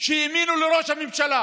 שהאמינו לראש הממשלה